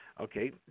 Okay